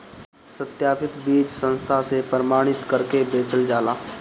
सत्यापित बीज संस्था से प्रमाणित करके बेचल जाला